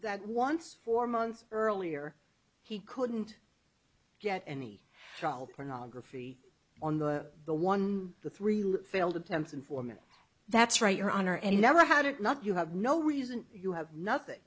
once four months earlier he couldn't get any child pornography on the the one of the three failed attempts informant that's right your honor and he never had it not you have no reason you have nothing